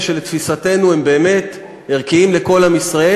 שלתפיסתנו הם באמת ערכיים לכל עם ישראל,